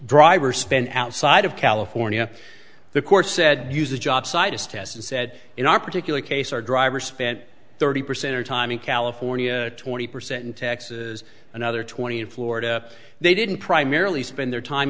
driver spend outside of california the court said use the jobsite as test and said in our particular case our driver spent thirty percent of time in california twenty percent in texas another twenty in florida they didn't primarily spend their time